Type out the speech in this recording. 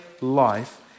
life